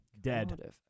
Dead